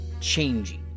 changing